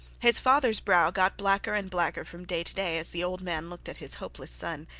his father's brow got blacker and blacker from day to day, as the old man looked at his hopeless son.